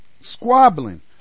squabbling